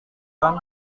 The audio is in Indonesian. kan